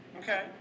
Okay